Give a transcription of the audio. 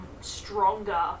stronger